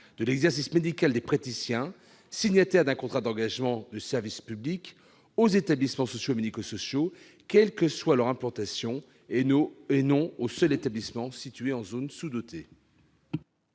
de l'exercice médical des praticiens signataires d'un contrat d'engagement de service public aux établissements sociaux et médico-sociaux, quel que soit leur lieu d'implantation et non aux seuls établissements situés en zone sous-dotée.